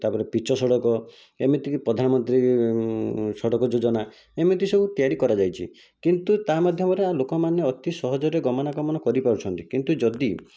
ତା'ପରେ ପିଚୁ ସଡ଼କ ଏମିତିକି ପ୍ରଧାନମନ୍ତ୍ରୀ ସଡ଼କ ଯୋଜନା ଏମିତି ସବୁ ତିଆରି କରାଯାଇଛି କିନ୍ତୁ ତା'ମାଧ୍ୟମରେ ଆଉ ଲୋକମାନେ ଅତି ସହଜରେ ଗମନା ଗମନ କରିପାରୁଛନ୍ତି କିନ୍ତୁ ଯଦି